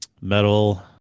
Metal